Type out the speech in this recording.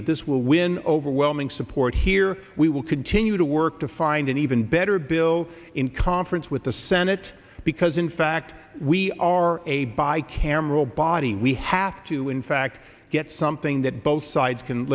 that this will win overwhelming support here we will continue to work to find an even better bill in conference with the senate because in fact we are a bi cameral body we have to in fact get something that both sides can